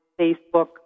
Facebook